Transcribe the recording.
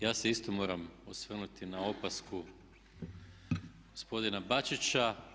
Ja se isto moram osvrnuti na opasku gospodina Bačića.